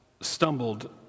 stumbled